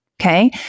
Okay